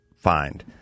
find